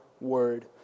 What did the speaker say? word